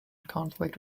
conflict